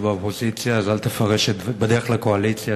לא בדרך לקואליציה,